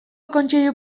kontseilu